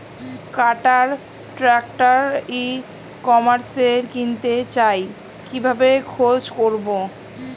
কাটার tractor ই কমার্সে কিনতে চাই কিভাবে খোঁজ করো?